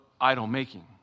idol-making